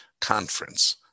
Conference